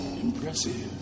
Impressive